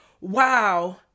wow